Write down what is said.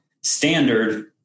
standard